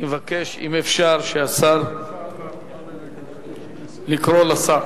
אני מבקש, אם אפשר, לקרוא לשר.